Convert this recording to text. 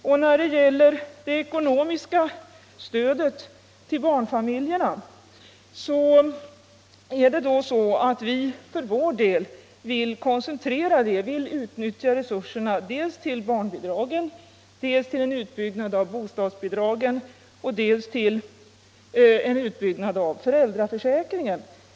Vi vill koncentrera det ekonomiska stödet till barnfamiljerna och utnyttja resurserna dels till barnbidragen, dels till en utbyggnad av bostadsbidragen, dels också till en utbyggnad av föräldraförsäkringen.